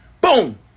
Boom